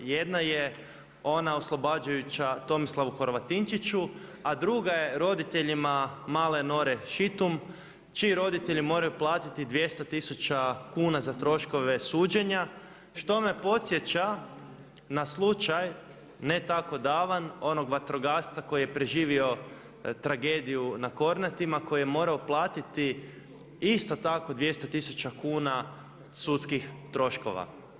Jedna je ona oslobađajuća Tomislavu Horvatinčiću, a druga je roditeljima male Nore Šitum čiji roditelji moraju platiti 200 tisuća kuna za troškove suđenja što me podsjeća na slučaj ne tako davan onog vatrogasca koji je preživio tragediju na Kornatima koji je morao platiti isto tako 200 tisuća kuna sudskih troškova.